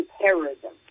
terrorism